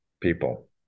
people